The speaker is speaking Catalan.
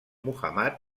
muhammad